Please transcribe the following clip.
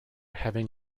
having